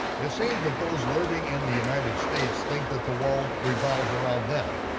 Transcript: it seems that those living in the united states think that the world revolves around them.